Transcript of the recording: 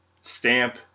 stamp